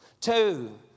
Two